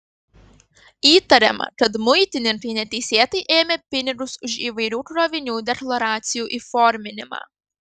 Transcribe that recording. įtariama kad muitininkai neteisėtai ėmė pinigus už įvairių krovinių deklaracijų įforminimą